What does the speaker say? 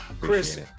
Chris